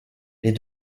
les